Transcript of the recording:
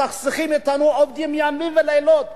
מסכסכים אותנו עוד ימים ולילות,